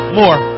more